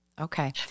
Okay